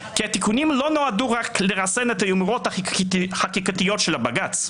כי התיקונים לא נועדו רק לרסן את היומרות החקיקתיות של הבג"ץ.